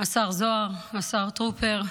השר זוהר, השר טרופר,